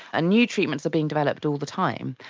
ah new treatments are being developed all the time.